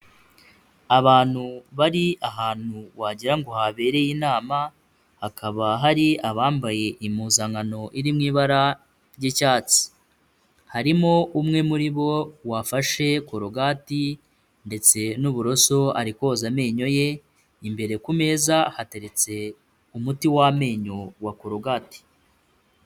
Abantu bari ahantu wagira ngo habereye inama, hakaba hari abambaye impuzankano iri mu ibara ry'icyatsi, harimo umwe muri bo wafashe korogati ndetse n'uburoso ari koza amenyo ye, imbere ku meza hateretse umuti w'amenyo wa korogati.